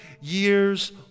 years